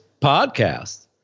podcast